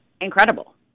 incredible